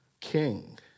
king